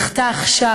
זכתה עכשיו,